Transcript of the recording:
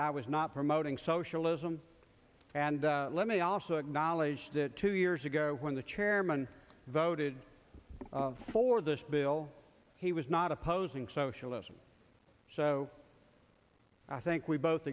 it i was not promoting socialism and let me also acknowledge that two years ago when the chairman voted for this bill he was not opposing socialism so i think we both